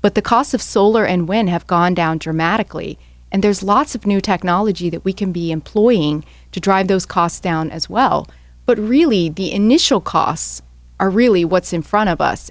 but the cost of solar and wind have gone down dramatically and there's lots of new technology that we can be employing to drive those costs down as well but really the initial costs are really what's in front of us